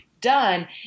done